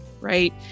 right